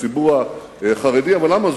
הציבור החרדי: אבל למה,